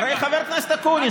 חבר הכנסת אקוניס,